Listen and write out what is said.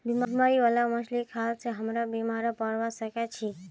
बीमारी बाला मछली खाल से हमरो बीमार पोरवा सके छि